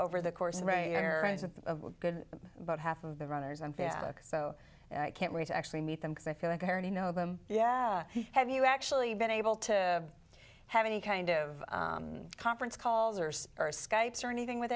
over the course of good but half of the runners on facebook so i can't wait to actually meet them because i feel like i already know them yeah have you actually been able to have any kind of conference calls or skype's or anything with